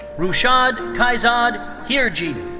rushad kaizad heerjee.